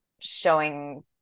showing